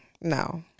no